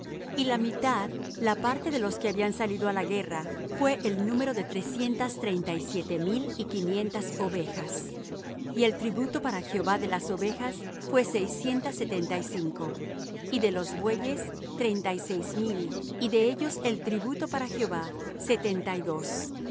y la mitad la parte de los que habían salido á la guerra fué el número de trescientas treinta y siete mil y quinientas ovejas y el tributo para jehová de la ovejas fué seiscientas setenta y cinco y de los bueyes treinta y seis mil y de ellos el tributo para jehová setenta y dos